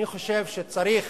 אני חושב שצריך